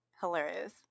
hilarious